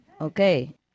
Okay